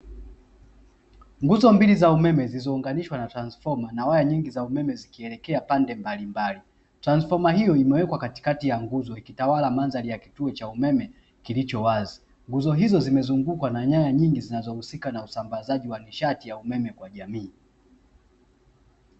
Nguzo mbili za umeme zilizounganishwa na transfoma na waya nyingi za umeme zikielekea pande mbalimbali. Transfoma hiyo imewekwa katikati ya nguzo ikitawala mandhari ya kituo cha umeme kilicho wazi. Nguzo hizo zimezungukwa na nyaya nyingi zinazohusika na usambazaji wa nishati ya umeme kwa jamii.